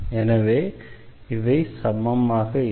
எனவே அவை சமமாக இல்லை